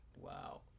wow